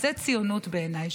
זו ציונות בעיניי,